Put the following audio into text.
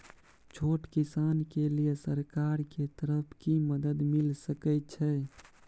छोट किसान के लिए सरकार के तरफ कि मदद मिल सके छै?